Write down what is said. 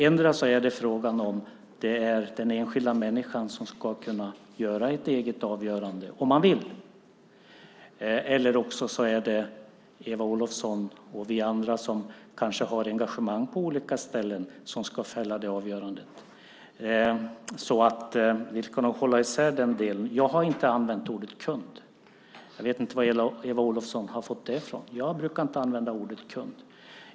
Endera är det fråga om att den enskilda människan ska kunna fälla ett eget avgörande - om man vill - eller också är det Eva Olofsson och vi andra, som kanske har engagemang på olika ställen, som ska fälla det avgörandet. Vi ska nog hålla isär det. Jag har inte använt ordet "kund". Jag vet inte var Eva Olofsson har fått det ifrån. Jag brukar inte använda ordet "kund".